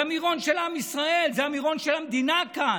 זה המירון של עם ישראל, זה המירון של המדינה כאן.